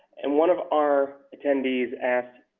and one of our attendees asked,